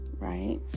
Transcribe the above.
Right